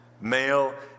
Male